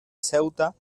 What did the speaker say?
ceuta